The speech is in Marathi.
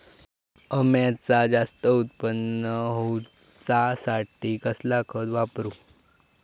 अम्याचा जास्त उत्पन्न होवचासाठी कसला खत वापरू?